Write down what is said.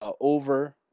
over